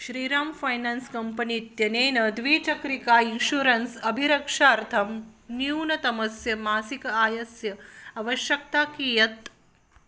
Shriram finance company इत्यनेन द्विचक्रिका insurance अभिरक्षार्थं न्यूनतमस्य मासिक आयस्य आवश्यकता कियत्